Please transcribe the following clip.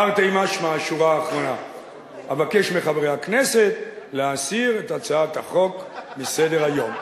תרתי משמע: אבקש מחברי הכנסת להסיר את הצעת החוק מסדר-היום.